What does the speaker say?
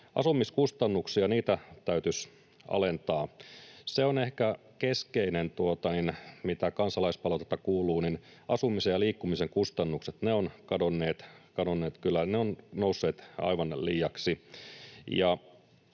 Asumiskustannuksia täytyisi alentaa. Se on ehkä keskeinen, mistä kansalaispalautetta kuuluu, että asumisen ja liikkumisen kustannukset ovat kyllä ovat nousseet aivan liiaksi.